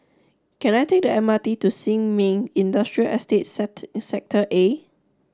can I take the M R T to Sin Ming Industrial Estate Sector Estate Sector A